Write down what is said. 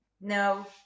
No